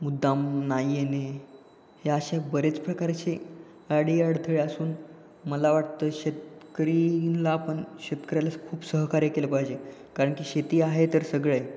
मुद्दाम नाही येणे या अशा बरेच प्रकारचे अडी अडथळे असून मला वाटतं शेतकरीला आपण शेतकऱ्याला खूप सहकार्य केलं पाहिजे कारणकी शेती आहे तर सगळं आहे